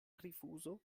rifuzo